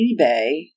eBay